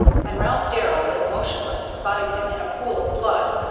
and ralph darrell lay motionless beside him in a pool of blood.